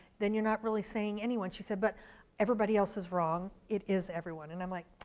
then you're not really saying anyone, she said but everybody else is wrong, it is everyone. and i'm like,